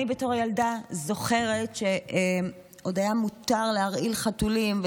אני בתור ילדה זוכרת שעוד היה מותר להרעיל חתולים,